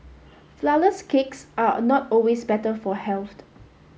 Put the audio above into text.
flourless cakes are not always better for health